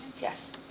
Yes